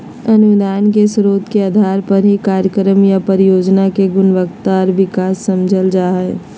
अनुदान के स्रोत के आधार पर ही कार्यक्रम या परियोजना के गुणवत्ता आर विकास समझल जा हय